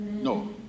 No